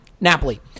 Napoli